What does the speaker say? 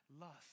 lust